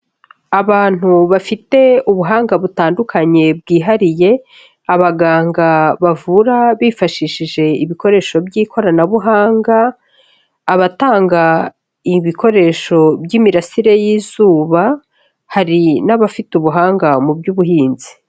Abantu bafite ubuhanga butandukanye bwihariye, abaganga bavura bifashishije ibikoresho by'ikoranabuhanga, abatanga ibikoresho by'imirasire y'izuba, hari n'abafite ubuhanga mu by'ubuhinzi.